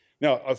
Now